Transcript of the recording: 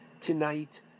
tonight